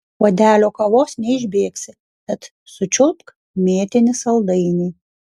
puodelio kavos neišbėgsi tad sučiulpk mėtinį saldainį